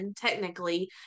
technically